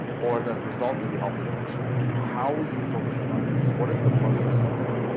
or the result that you're helping them achieve? how are you focusing on this? what does the process look like?